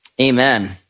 amen